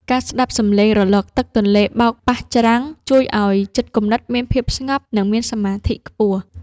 ការស្ដាប់សំឡេងរលកទឹកទន្លេបោកប៉ះច្រាំង ជួយឱ្យចិត្តគំនិតមានភាពស្ងប់ និងមានសមាធិខ្ពស់។